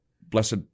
Blessed